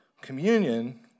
communion